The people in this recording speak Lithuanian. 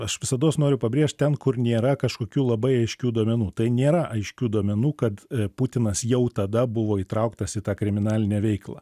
aš visados noriu pabrėžt ten kur nėra kažkokių labai aiškių duomenų tai nėra aiškių duomenų kad putinas jau tada buvo įtrauktas į tą kriminalinę veiklą